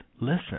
listen